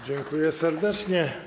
Dziękuję serdecznie.